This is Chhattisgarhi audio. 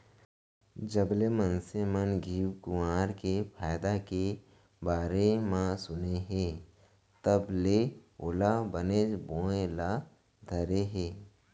जबले मनसे मन घींव कुंवार के फायदा के बारे म सुने हें तब ले ओला बनेच बोए ल धरे हें